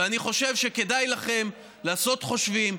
ואני חושב שכדאי לכם לעשות חושבים.